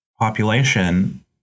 population